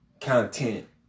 content